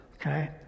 Okay